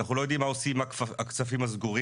אנחנו לא יודעים מה עושים עם הכספים הסגורים,